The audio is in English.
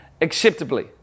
acceptably